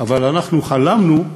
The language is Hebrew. אבל אנחנו חלמנו,